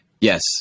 Yes